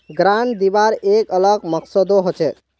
grant दिबार एक अलग मकसदो हछेक